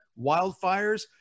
wildfires